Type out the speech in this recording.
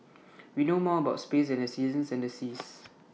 we know more about space than the seasons and the seas